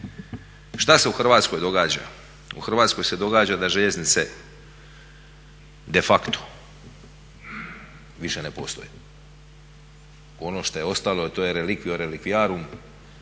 Šta se u Hrvatskoj događa, u Hrvatskoj se događa da željeznice de facto više ne postoje. Ono što je ostalo to je reliquiae reliquiarum